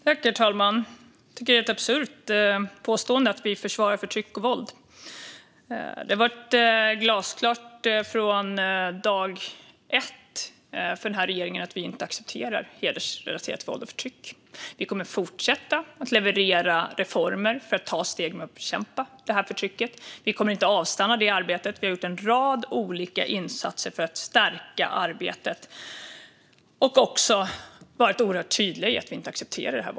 Herr talman! Jag tycker att det är ett absurt påstående att vi försvarar förtryck och våld. Det har varit glasklart från dag ett för regeringen att vi inte accepterar hedersrelaterat våld och förtryck. Vi kommer att fortsätta att leverera reformer för att ta steg för att bekämpa förtrycket. Vi kommer inte att avstanna i detta arbete, och vi har gjort en rad olika insatser för att stärka det och har också varit oerhört tydliga med att vi inte accepterar våldet.